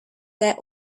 there